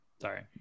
Sorry